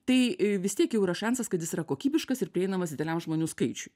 tai vis tiek jau yra šansas kad jis yra kokybiškas ir prieinamas dideliam žmonių skaičiui